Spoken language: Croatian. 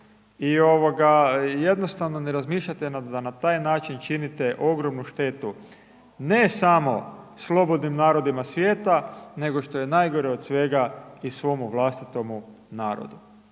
jednostavno ne razmišljate da na taj način činite ogromnu štetu ne samo slobodnim narodima svijeta nego što je najgore od svega i svomu vlastitomu narodu.